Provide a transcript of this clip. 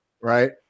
right